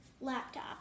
Laptop